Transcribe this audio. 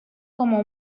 como